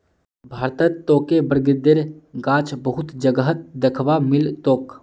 भारतत तोके बरगदेर गाछ बहुत जगहत दख्वा मिल तोक